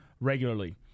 regularly